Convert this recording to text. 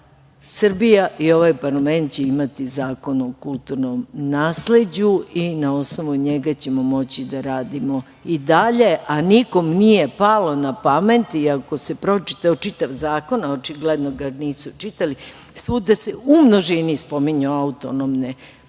Srbija i ovaj parlament imati zakon o kulturnom nasleđu i na osnovu njega ćemo moći da radimo i dalje, a nikom nije palo napamet, ako se pročitao čitav zakon, a očigledno ga nisu čitali, svuda se u množini spominju autonomne pokrajine.